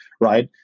right